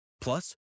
Plus